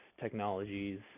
technologies